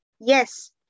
Yes